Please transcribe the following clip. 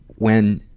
when